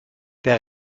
der